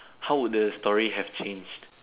how would the story have changed